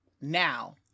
now